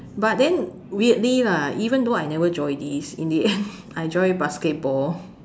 but then weirdly lah even though I never join this in the end I join basketball